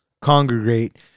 congregate